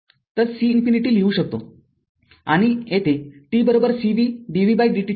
तर c infinity लिहू शकतो आणि येथे t cv dvdt ठेवा